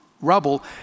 rubble